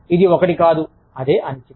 ఇది ఒకటి కాదు అదే అనిశ్చితి